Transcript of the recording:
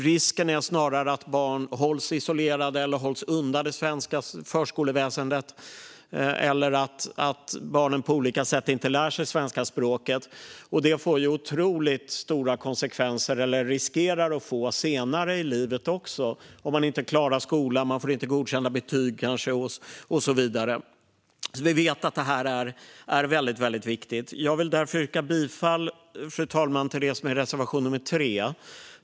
Risken är snarare att barn hålls isolerade eller hålls undan från det svenska förskoleväsendet eller att de av olika skäl inte lär sig svenska språket. Detta riskerar att få otroligt stora konsekvenser även senare i livet. Man kanske inte klarar skolan, får inte godkända betyg och så vidare. Vi vet alltså att detta är väldigt viktigt. Jag vill därför, fru talman, yrka bifall till reservation nummer 3.